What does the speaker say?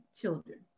children